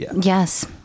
Yes